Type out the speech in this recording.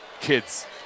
kids